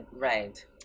right